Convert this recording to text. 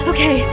Okay